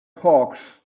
hawks